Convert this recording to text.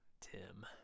Tim